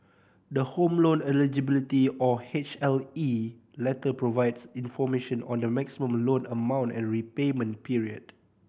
the Home Loan Eligibility or H L E letter provides information on the maximum loan amount and repayment period